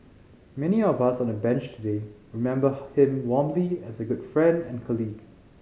many of us on the Bench today remember him warmly as a good friend and colleague